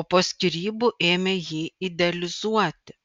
o po skyrybų ėmė jį idealizuoti